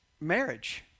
marriage